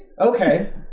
Okay